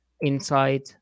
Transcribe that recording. inside